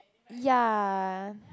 ya